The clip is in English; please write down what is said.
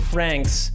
Franks